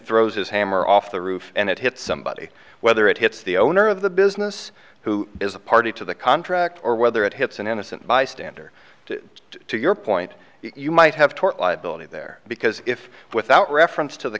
throws his hammer off the roof and it hit somebody whether it hits the owner of the business who is a party to the contract or whether it hits an innocent bystander to your point you might have tort liability there because if without reference to the